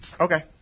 Okay